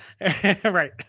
Right